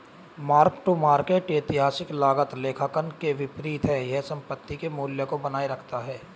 mark to market ऐतिहासिक लागत लेखांकन के विपरीत है यह संपत्ति के मूल्य को बनाए रखता है